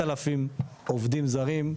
את אומרת שיש פה 7,000 עובדים זרים,